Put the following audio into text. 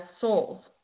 souls